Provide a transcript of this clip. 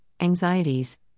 anxieties